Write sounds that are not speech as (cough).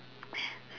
(noise)